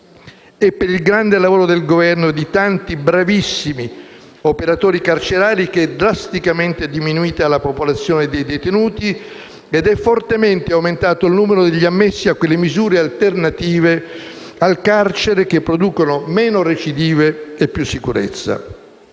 È per il grande lavoro del Governo e di tanti, bravissimi, operatori carcerari, che è drasticamente diminuita la popolazione dei detenuti ed è fortemente aumentato il numero degli ammessi a quelle misure alternative al carcere che producono meno recidive e più sicurezza.